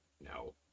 No